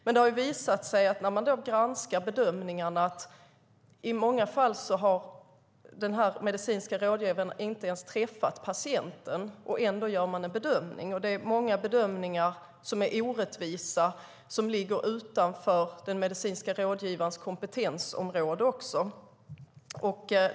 Men det har visat sig när man granskar bedömningarna att den medicinska rådgivaren i många fall inte ens har träffat patienten. Ändå gör de en bedömning. Det är många bedömningar som är orättvisa och som även ligger utanför den medicinska rådgivarens kompetensområde.